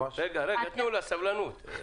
החזרם.